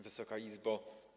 Wysoka Izbo!